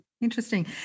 interesting